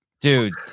Dude